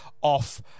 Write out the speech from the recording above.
off